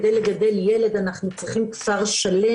שכדי לגדל ילד אנחנו צריכים כפר שלם.